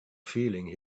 feeling